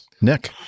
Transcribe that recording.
Nick